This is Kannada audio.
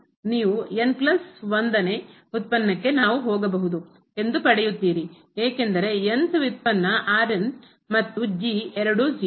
ನೀವು ಉತ್ಪನ್ನಕ್ಕೆ ನಾವು ಹೋಗಬಹುದು ಎಂದು ಪಡೆಯುತ್ತೀರಿ ಏಕೆಂದರೆ n th ವ್ಯುತ್ಪನ್ನ ಮತ್ತು ಎರಡೂ 0